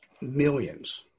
millions